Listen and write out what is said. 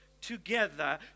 together